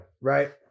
right